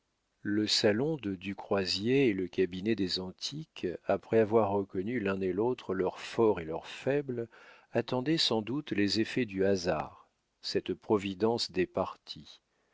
le salon de du croisier et le cabinet des antiques après avoir reconnu l'un et l'antre leur fort et leur faible attendaient sans doute les effets du hasard cette providence des partis